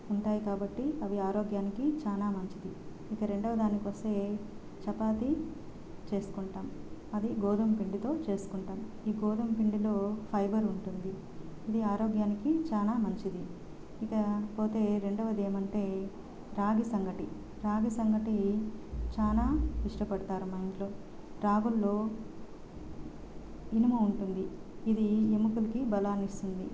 ఉంటాయి కాబట్టి అవి ఆరోగ్యానికి చాలా మంచిది ఇంకా రెండవ దానికి వస్తే చపాతి చేసుకుంటాం అది గోధుమ పిండితో చేసుకుంటాం ఈ గోధుమ పిండిలో ఫైబర్ ఉంటుంది ఇది ఆరోగ్యానికి చాలా మంచిది ఇక పోతే రెండవది ఏమంటే రాగి సంగటి సంగటి చాలా ఇష్టపడతారు మా ఇంట్లో రాగుల్లో ఇనుము ఉంటుంది ఇది ఎముకలకి బలాన్ని ఇస్తుంది